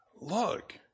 Look